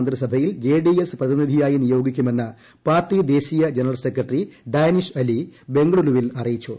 A മന്ത്രിസഭയിൽ ജെഡിഎസ് പ്രി്തിനീധിയായി നിയോഗിക്കുമെന്ന് പാർട്ടി ദേശീയ ജനറൽ സ്ക്രിക്ടറി ഡാനിഷ് അലി ബംഗളൂരുവിൽ അറിയിച്ചു